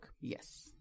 Yes